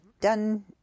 done